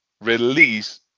release